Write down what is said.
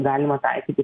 galima taikyti